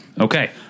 Okay